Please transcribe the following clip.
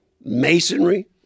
masonry